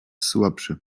słabszy